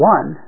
One